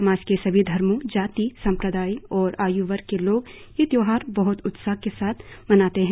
समाज के सभी धर्मो जाती संप्रदायिक और आय्वर्ग के लोग ये त्योहार बहत उत्साह से मनाते है